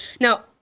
Now